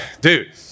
dude